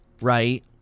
Right